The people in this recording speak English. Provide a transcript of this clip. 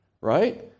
right